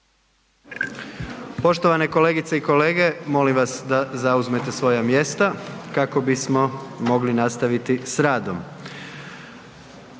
Poštovane kolegice i kolege, molim vas da zauzmete svoja mjesta kako bismo mogli nastaviti s radom.